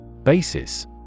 Basis